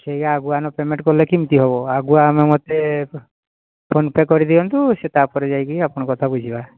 ସେୟା ଆଗୁଆ ନ ପେମେଣ୍ଟ୍ କଲେ କେମିତି ହେବ ଆଗୁଆ ଆମ ମୋତେ ଫୋନ୍ ପେ କରିଦିଅନ୍ତୁ ସିଏ ତା'ପରେ ଯାଇକି ଆପଣଙ୍କ କଥା ବୁଝିବା